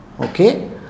Okay